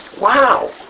wow